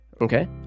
Okay